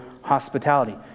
hospitality